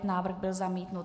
Návrh byl zamítnut.